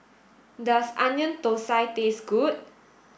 does onion thosai taste good